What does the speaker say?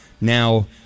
Now